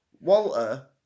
Walter